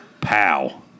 Pow